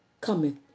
cometh